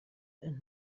and